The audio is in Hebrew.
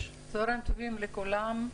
צהרים טובים לכולם.